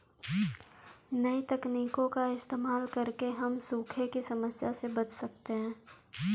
नई तकनीकों का इस्तेमाल करके हम सूखे की समस्या से बच सकते है